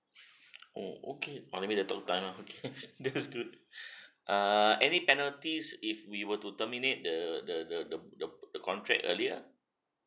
oh okay oh maybe the talk time ah okay that's good err any penalties if we were to terminate the the the the the contract earlier